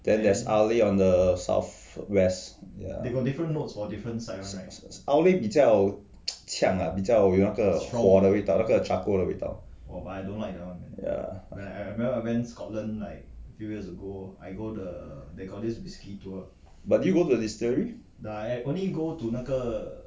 then there's ah lay on the south west ya ah lay 比较强 ah 比较有那个:bi jiao youna ge charcoal 的味道 ya but did you go to the distillery